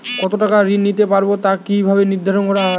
কতো টাকা ঋণ নিতে পারবো তা কি ভাবে নির্ধারণ হয়?